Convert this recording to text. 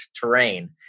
terrain